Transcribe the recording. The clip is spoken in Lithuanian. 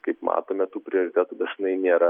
kaip matome tų prioritetų dažnai nėra